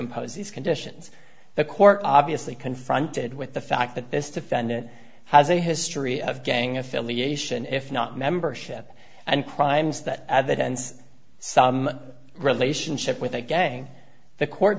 impose these conditions the court obviously confronted with the fact that this defendant has a history of gang affiliation if not membership and crimes that at that end some relationship with a gang the court